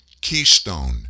Keystone